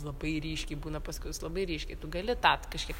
labai ryškiai būna paskui jos labai ryškiai tu gali tart kažkiek